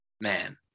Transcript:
man